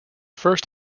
first